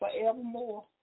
forevermore